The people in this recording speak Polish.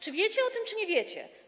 Czy wiecie o tym, czy nie wiecie?